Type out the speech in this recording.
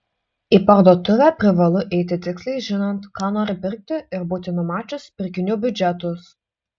į parduotuvę privalu eiti tiksliai žinant ką nori pirkti ir būti numačius pirkinių biudžetus